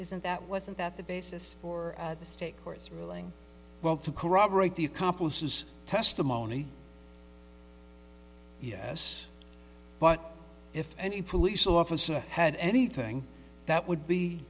isn't that wasn't that the basis for the state or its ruling well to corroborate the accomplices testimony yes but if any police officer had anything that would be